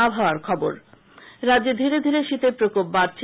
আবহাওয়া রাজ্যে ধীরে ধীরে শীতের প্রকোপ বাড়ছে